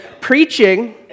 Preaching